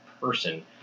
person